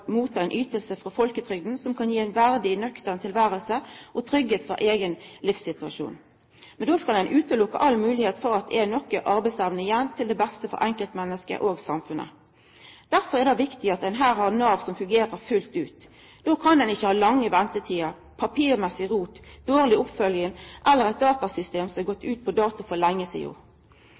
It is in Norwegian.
motta ei yting frå folketrygda som kan gi eit verdig, nøkternt tilvære og tryggheit for eigen livssituasjon. Men då skal ein utelukke all moglegheit for at det er noka arbeidsevne igjen, til det beste for enkeltmennesket og samfunnet. Derfor er det viktig at Nav her fungerer fullt ut. Då kan ein ikkje ha lange ventetider, rot i papira, dårleg oppfølging eller eit datasystem som har gått ut på dato for lenge